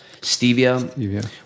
stevia